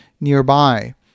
nearby